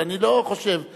אבל אני לא חושב שאנחנו,